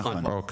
נכון.